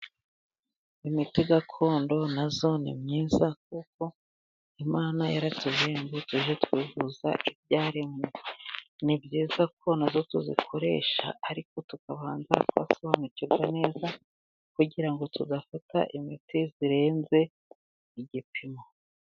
Imiti gakondo na yo ni myiza, kuko Imana yaraturinze tujye twivuza ibyaremwe, ni byiza na yo ko tuyikoresha ariko tukabanza twasobanukirwa neza, kugira ngo tudafata imiti irenze igipimo.